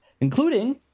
including